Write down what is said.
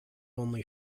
only